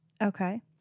Okay